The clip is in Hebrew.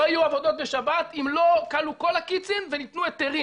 לא יהיו עבודות בשבת אם לא כלו כל הקיצין וניתנו היתרים.